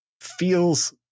feels